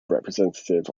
representative